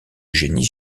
génie